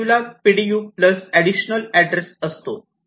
ADU ला PDU plus additional address असतो